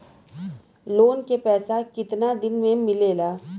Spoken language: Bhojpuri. लोन के पैसा कितना दिन मे मिलेला?